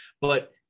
but-